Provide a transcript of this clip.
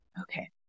Okay